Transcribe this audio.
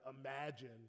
imagine